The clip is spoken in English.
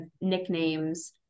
nicknames